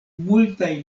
multaj